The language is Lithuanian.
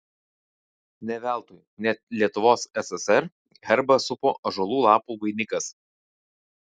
ne veltui net lietuvos ssr herbą supo ąžuolo lapų vainikas